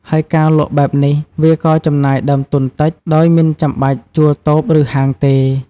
ហើយការលក់បែបនេះវាក៏ចំណាយដើមទុនតិច ដោយមិនចាំបាច់ជួលតូប ឬហាងទេ។